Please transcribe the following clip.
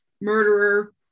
Murderer